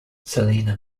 selena